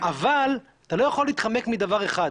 אבל אתה לא יכול להתחמק מדבר אחד,